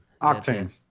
Octane